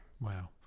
wow